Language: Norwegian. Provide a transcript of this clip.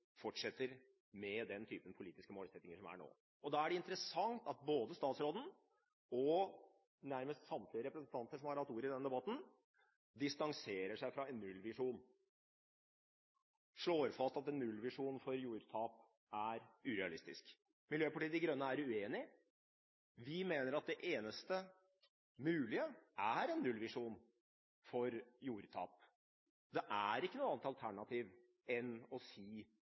fortsetter med den typen politiske målsettinger som er nå. Da er det interessant at både statsråden og nærmest samtlige representanter som har hatt ordet i denne debatten, distanserer seg fra en nullvisjon og slår fast at en nullvisjon for jordtap er urealistisk. Miljøpartiet De Grønne er uenig. Vi mener at det eneste mulige er en nullvisjon for jordtap. Det er ikke noe annet alternativ enn å